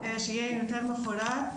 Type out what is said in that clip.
שיהיה יותר מפורט,